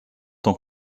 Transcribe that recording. tant